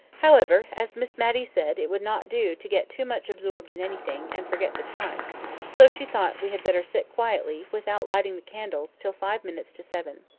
however, as miss matty said, it would not do to get too much absorbed in anything, and forget the time so she thought we had better sit quietly, without lighting the candles, till five minutes to seven.